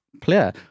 player